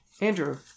Andrew